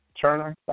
Turner